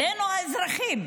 עלינו האזרחים.